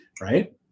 Right